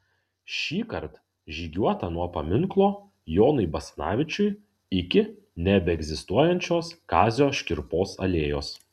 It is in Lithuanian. šįkart žygiuota nuo paminklo jonui basanavičiui iki nebeegzistuojančios kazio škirpos alėjos